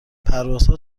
پروازها